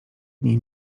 dni